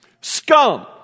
scum